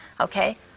okay